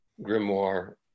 grimoire